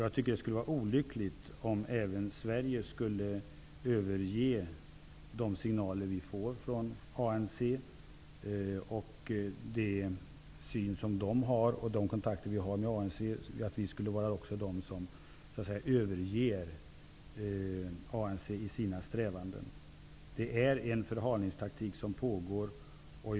Det skulle vara olyckligt om Sverige skulle överge ANC, dess syn och dess strävanden. Det pågår en förhalningstaktik.